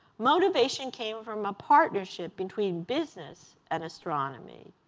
motivation came from a partnership between business and astronomy,